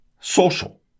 social